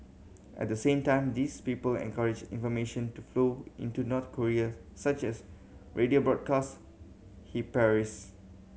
at the same time these people encourage information to flow into North Korea such as radio broadcast he parries